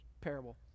parable